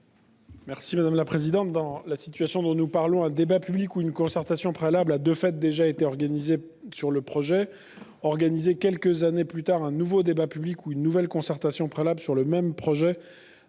territoire ? Dans la situation dont il est question, un débat public ou une concertation préalable a, de fait, déjà eu lieu sur le projet. Organiser, quelques années plus tard, un nouveau débat public ou une nouvelle concertation préalable sur le même projet